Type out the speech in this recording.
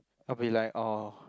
I'll be like orh